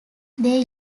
they